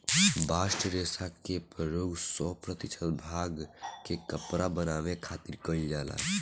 bast रेशा के प्रयोग सौ प्रतिशत भांग के कपड़ा बनावे खातिर कईल जाला